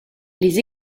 les